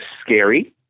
scary